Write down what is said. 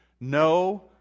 no